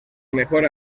mejor